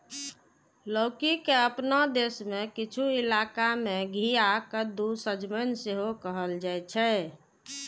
लौकी के अपना देश मे किछु इलाका मे घिया, कद्दू, सजमनि सेहो कहल जाइ छै